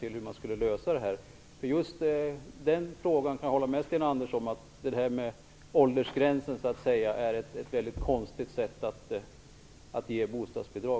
Jag kan hålla med Sten Andersson om att det är konstigt med åldersgränser för bostadsbidrag.